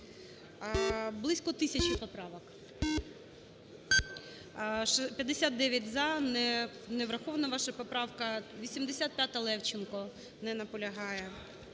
Близько тисячі поправок. 11:33:58 За-59 Не врахована ваша поправка. 85-а,Левченко. Не наполягає.